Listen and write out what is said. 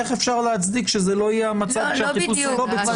איך אפשר להצדיק שזה לא יהיה מצב כשהחיפוש הוא לא בצו?